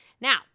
Now